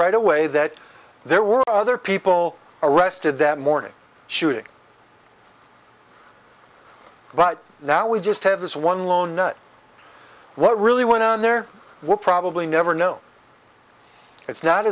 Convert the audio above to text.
right away that there were other people arrested that morning shooting but now we just have this one lone nut what really went on there were probably never know it's not